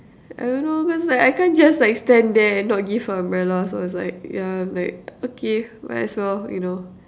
I don't know cause like I can't just like stand there and not give her umbrella so I was like ya like okay might as well you know